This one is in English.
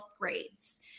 grades